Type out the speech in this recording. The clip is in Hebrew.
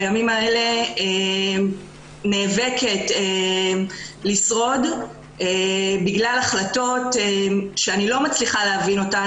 בימים האלה נאבקת לשרוד בגלל החלטות שאני לא מצליחה להבין אותן,